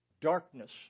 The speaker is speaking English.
darkness